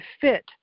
fit